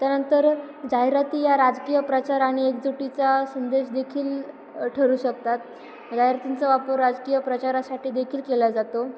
त्यानंतर जाहिराती या राजकीय प्रचार आणि एकजुटीचा संदेश देखील ठरू शकतात जाहिरातींचा वापर राजकीय प्रचारासाठी देखील केला जातो